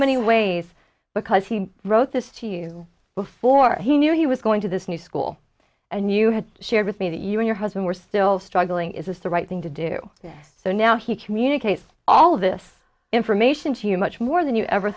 many ways because he wrote this to you before he knew he was going to this new school and you had shared with me that you and your husband were still struggling is a right thing to do so now he communicates all of this information to you much more than you ever